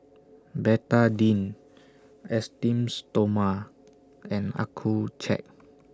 Betadine Esteem Stoma and Accucheck